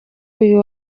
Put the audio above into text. uyu